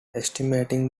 estimating